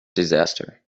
disaster